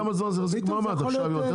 זה כמו מד"א שהיו,